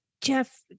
Jeff